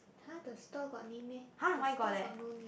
!huh! the store got name meh the store got no name